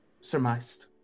surmised